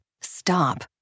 stop